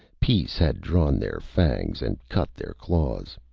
peace had drawn their fangs and cut their claws.